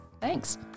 Thanks